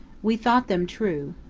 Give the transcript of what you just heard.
we thought them true.